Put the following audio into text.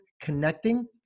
connecting